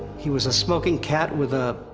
he was a smoking cat with a.